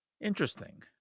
Interesting